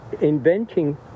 inventing